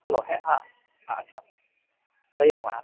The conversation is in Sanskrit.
हलो हे हा अच्छा हरये नमः